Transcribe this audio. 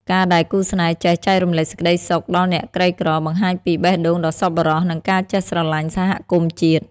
ការដែលគូស្នេហ៍ចេះ "ចែករំលែកសេចក្ដីសុខដល់អ្នកក្រីក្រ" បង្ហាញពីបេះដូងដ៏សប្បុរស និងការចេះស្រឡាញ់សហគមន៍ជាតិ។